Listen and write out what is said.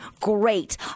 great